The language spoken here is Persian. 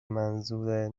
منظور